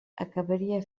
acabaria